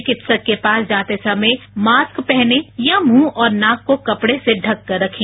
चिकित्सक के पास जाते समय मास्क पहनें या मुंह और नाक को कपडे से ढककर रखें